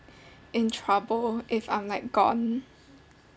in trouble if I'm like gone